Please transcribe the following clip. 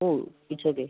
മ് it's okay